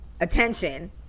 attention